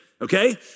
Okay